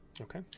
Okay